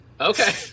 Okay